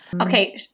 Okay